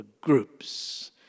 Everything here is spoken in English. groups